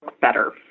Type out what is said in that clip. better